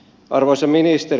arvoisa ministeri